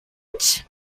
ouch